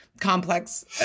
complex